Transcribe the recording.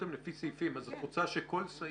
ההסתייגויות הן לפי סעיפים, אז את רוצה שכל סעיף?